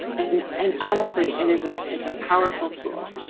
and, and honestly, it is a, it's a powerful tool.